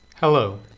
Hello